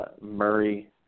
Murray